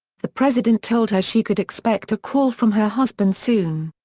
the president told her she could expect a call from her husband soon.